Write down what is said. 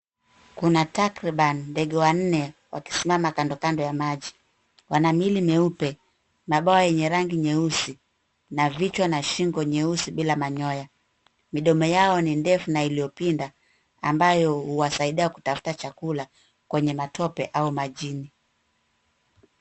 Kuna trakriban ndege wanne wakisimama kando kando ya maji. Wana miili myeupe , mabawa yenye rangi nyeusi, na vichwa na shingo nyeusi bila manyoya. Midomo yao ni ndefu na iliyopinda, ambayo huwasaidia kutafuta chakula, kwenye matope au majini.